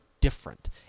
different